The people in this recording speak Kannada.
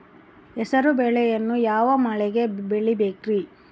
ಹೆಸರುಬೇಳೆಯನ್ನು ಯಾವ ಮಳೆಗೆ ಬೆಳಿಬೇಕ್ರಿ?